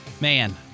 Man